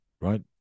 right